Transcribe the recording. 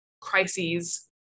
crises